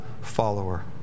follower